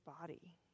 body